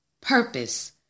Purpose